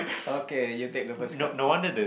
okay you take the first cut